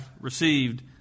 received